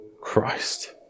Christ